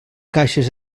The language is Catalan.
caixes